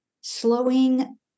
slowing